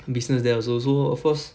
business there also so of course